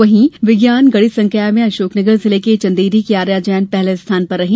वहीं विज्ञान गणित संकाय में अशोकनगर जिले के चंदेरी की आर्या जैन पहले स्थान पर रहीं